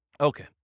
Okay